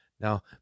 Now